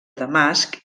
damasc